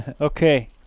Okay